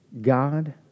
God